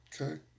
Okay